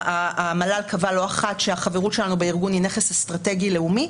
המל"ל קבע לא אחת שהחברות שלנו בארגון היא נכס אסטרטגי לאומי,